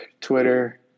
Twitter